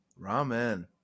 Ramen